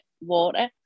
water